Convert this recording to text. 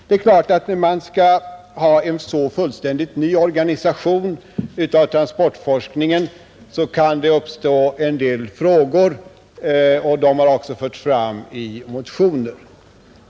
När man skall ha en fullständigt ny organisation av transportforskningen kan det självfallet uppstå en del frågor, och sådana har också förts fram i motioner.